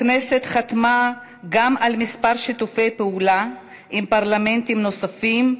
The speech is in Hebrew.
הכנסת חתמה גם על כמה הסכמי שיתוף פעולה עם פרלמנטים אחרים,